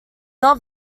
not